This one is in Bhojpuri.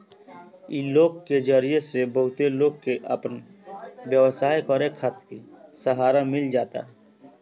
इ लोन के जरिया से बहुते लोग के आपन व्यवसाय करे खातिर सहारा मिल जाता